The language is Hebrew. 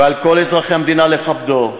ועל כל אזרחי המדינה לכבדם.